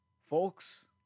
folks